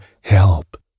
help